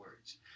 words